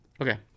Okay